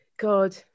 god